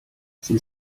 sie